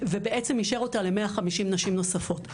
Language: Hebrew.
ובעצם אישר אותה ל-150 נשים נוספות.